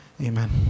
Amen